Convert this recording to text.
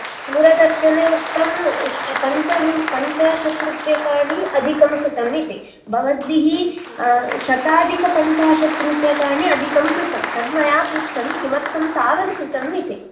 दूरदर्शने उक्तं पञ्चविं पञ्चाशत् रूपकानि अधिकं कृतम् इति भवद्भिः शताधिकपञ्चाशत् रूपकानि अधिकं कृतं तद् मया पृष्टं किमर्थं तावद् कृतम् इति